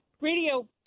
Radio